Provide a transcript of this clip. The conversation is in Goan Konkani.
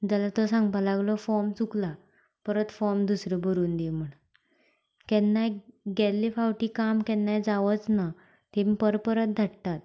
जाल्यार तो सांगपाक लागलो फॉम चुकलां परत फॉम दुसरें भरून दी म्हणून केन्नाय गेल्ले फावटी काम केन्ना जावंच ना तेमी परत परत धाडटा